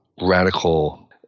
radical